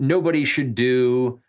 nobody should do,